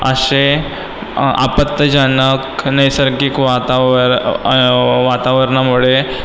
असे आपत्तिजनक नैसर्गिक वातावर वातावरणामुळे